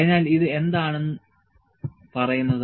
അതിനാൽ ഇത് എന്താണ് പറയുന്നത്